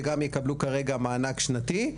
שגם יקבלו כרגע מענק שנתי.